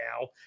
now